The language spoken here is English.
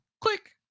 Click